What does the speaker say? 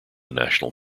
national